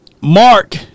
Mark